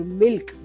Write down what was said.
milk